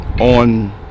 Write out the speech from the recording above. on